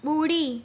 ॿुड़ी